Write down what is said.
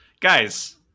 Guys